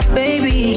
baby